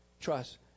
Trust